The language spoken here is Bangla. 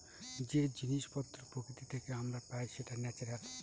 যে জিনিস পত্র প্রকৃতি থেকে আমরা পাই সেটা ন্যাচারাল